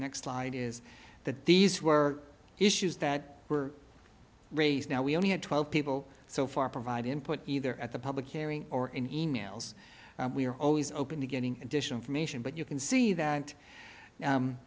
next slide is that these were issues that were raised now we only had twelve people so far provide input either at the public hearing or in emails we are always open to getting additional information but you can see that